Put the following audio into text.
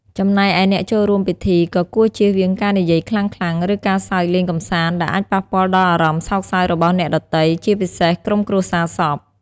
ចំណែកឯអ្នកចូលរួមពិធី ក៍គួរជៀសវាងការនិយាយខ្លាំងៗ ឬការសើចលេងកម្សាន្តដែលអាចប៉ះពាល់ដល់អារម្មណ៍សោកសៅរបស់អ្នកដទៃ ជាពិសេសក្រុមគ្រួសារសព។